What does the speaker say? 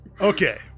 Okay